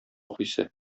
хисе